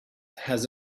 has